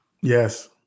Yes